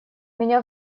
меня